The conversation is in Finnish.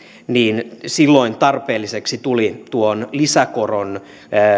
niin silloin tarpeelliseksi tuli tuon lisäkoron